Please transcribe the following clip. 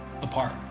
apart